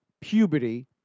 puberty